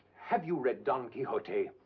have you read don quixote?